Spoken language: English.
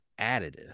additive